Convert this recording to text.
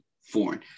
Foreign